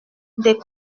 des